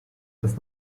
des